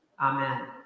Amen